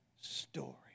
story